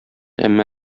әмма